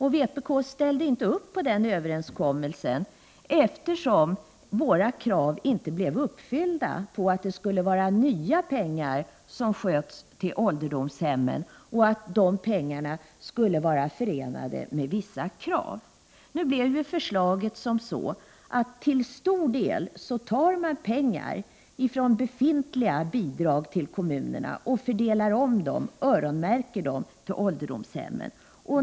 Vpk ställde inte upp på den överenskommelsen eftersom den inte uppfyllde våra krav på att det skulle vara nya pengar som gavs till ålderdomshemmen och att tilldelningen skulle vara förenad med vissa krav. Nu blev förslaget sådant att man till stor del tar pengar från befintliga bidrag till kommunerna och fördelar om dem, dvs. öronmärker dem för ålderdomshemmen.